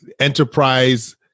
enterprise